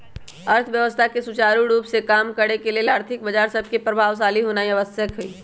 अर्थव्यवस्था के सुचारू रूप से काम करे के लेल आर्थिक बजार सभके प्रभावशाली होनाइ आवश्यक हइ